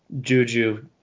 Juju